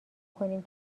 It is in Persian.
کنیم